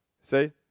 See